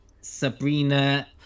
Sabrina